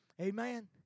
Amen